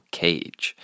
cage